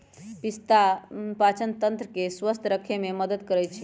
पिस्ता पाचनतंत्र के स्वस्थ रखे में मदद करई छई